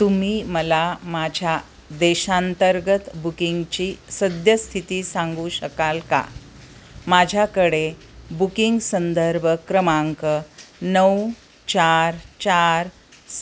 तुम्ही मला माझ्या देशांतर्गत बुकिंगची सद्यस्थिती सांगू शकाल का माझ्याकडे बुकिंग संदर्भ क्रमांक नऊ चार चार